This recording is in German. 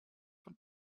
von